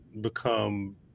become